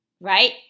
right